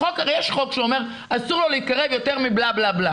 הרי יש חוק שאומר שאסור לו להתקרב יותר מכך וכך.